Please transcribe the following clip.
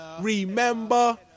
Remember